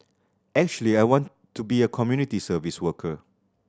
actually I want to be a community service worker